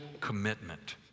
commitment